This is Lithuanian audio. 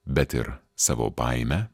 bet ir savo baimę